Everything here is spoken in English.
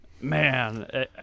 man